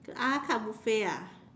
the ala-carte buffet ah